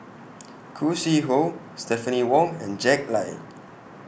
Khoo Sui Hoe Stephanie Wong and Jack Lai